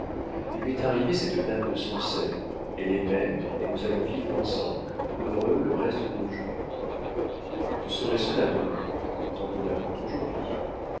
il m'est arrivé cette dame de sancerre elle est mère et nous allons vivre ensemble heureux le reste de nos jours tu saurais cela demain autant te l'apprendre aujourd'hui